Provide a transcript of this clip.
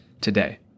today